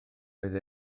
oedd